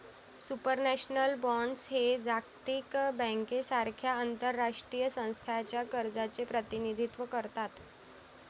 supranational bonds हे जागतिक बँकेसारख्या आंतरराष्ट्रीय संस्थांच्या कर्जाचे प्रतिनिधित्व करतात